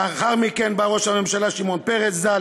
לאחר מכן בא ראש הממשלה שמעון פרס ז"ל,